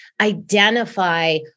identify